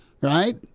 right